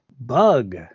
Bug